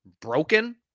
broken